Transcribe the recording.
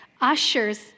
ushers